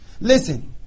Listen